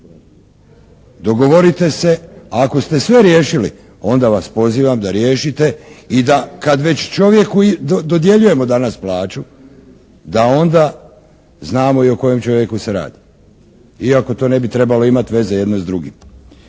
Dogovorite se, ako ste sve riješili onda vas pozivam da riješite i da, kad već čovjeku dodjeljujemo danas plaću da onda znamo i o kojem čovjeku se radi? Iako to ne bi trebalo imati veze jedno s drugim.